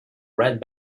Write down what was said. red